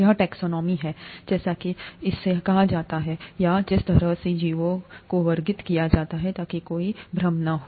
यह टैक्सोनॉमी है जैसा कि इसे कहा जाता है या जिस तरह से जीवों को वर्गीकृत किया जाता है ताकि कोई भ्रम न हो